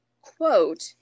quote